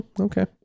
okay